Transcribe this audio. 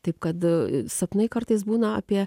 taip kad sapnai kartais būna apie